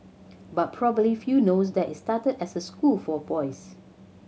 but probably few knows that it started as a school for boys